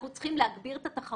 אנחנו צריכים להגביר את התחרות.